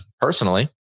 Personally